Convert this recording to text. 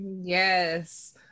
Yes